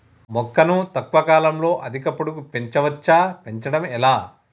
మొక్కను తక్కువ కాలంలో అధిక పొడుగు పెంచవచ్చా పెంచడం ఎలా?